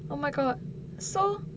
oh my god so